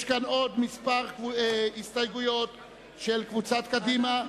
יש כאן עוד כמה הסתייגויות של קבוצת קדימה.